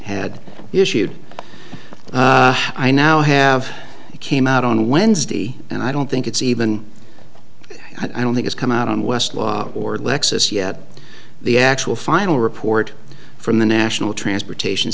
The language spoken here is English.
had issued i now have came out on wednesday and i don't think it's even i don't think it's come out on westlaw or lexis yet the actual final report from the national transportation